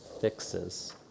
fixes